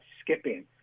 skipping